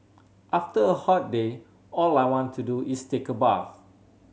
after a hot day all I want to do is take a bath